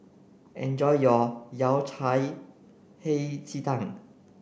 enjoy your Yao Cai Hei Ji Tang